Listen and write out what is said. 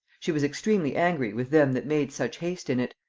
she was extremely angry with them that made such haste in it,